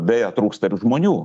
beje trūksta ir žmonių